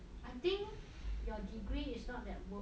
I think your degree is not that worth